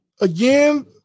Again